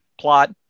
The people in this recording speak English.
plot